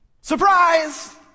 Surprise